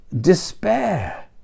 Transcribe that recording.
Despair